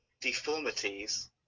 deformities